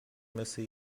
مثه